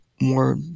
more